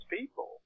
people